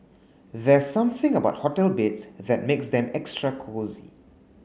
there's something about hotel beds that makes them extra cosy